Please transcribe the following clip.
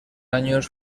años